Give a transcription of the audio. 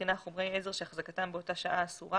הבחינה חומרי עזר שהחזקתם באותה שעה אסורה,